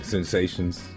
Sensations